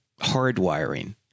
hardwiring